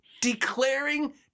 declaring